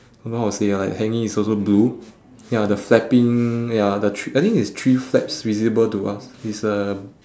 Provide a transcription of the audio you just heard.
don't know how to say ah like hanging is also blue ya the flapping ya the thr~ I think it's three flaps visible to us it's a